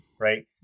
right